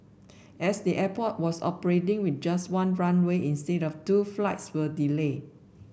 as the airport was operating with just one runway instead of two flights were delayed